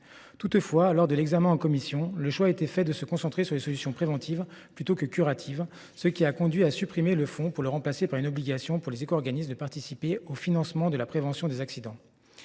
Toutefois, lors de l’examen en commission, le choix a été fait de se concentrer sur les solutions préventives plutôt que curatives, ce qui a conduit à supprimer le fonds pour le remplacer par une obligation pour les éco organismes de participer au financement de la prévention des accidents.